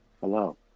Hello